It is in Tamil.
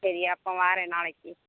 சரி அப்போது வரேன் நாளைக்கு